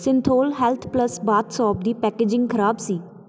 Cinthol health plus bath soap ਦੀ packaging ਖਰਾਬ ਸੀ